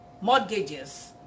mortgages